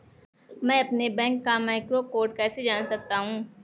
मैं अपने बैंक का मैक्रो कोड कैसे जान सकता हूँ?